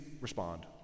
respond